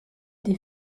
des